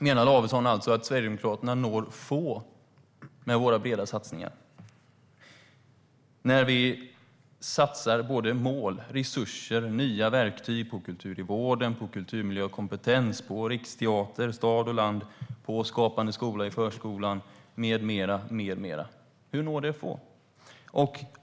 Olof Lavesson menar att vi i Sverigedemokraterna når få med våra breda satsningar. Vi satsar resurser på mål, nya verktyg, kultur i vården, kulturmiljö och kompetens, riksteater, stad och land, Skapande skola i förskolan med mera. Hur når det få?